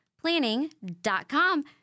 planning.com